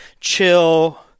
chill